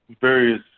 various